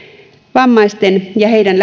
vammaisten ja heidän